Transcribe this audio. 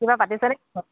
কিবা পাতিছে নেকি বাও